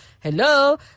hello